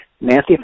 Nancy